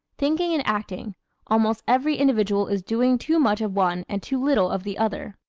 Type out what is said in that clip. thinking and acting almost every individual is doing too much of one and too little of the other!